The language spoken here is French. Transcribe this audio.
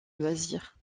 loisirs